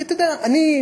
אני,